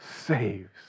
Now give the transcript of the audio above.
saves